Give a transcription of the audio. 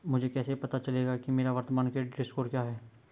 मुझे कैसे पता चलेगा कि मेरा वर्तमान क्रेडिट स्कोर क्या है?